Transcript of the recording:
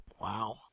Wow